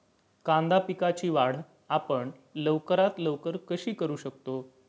कांदा पिकाची वाढ आपण लवकरात लवकर कशी करू शकतो?